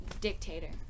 dictator